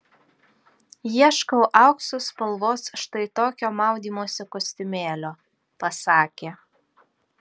ieškau aukso spalvos štai tokio maudymosi kostiumėlio pasakė